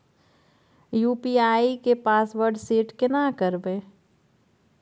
UPI के password set केना करबे?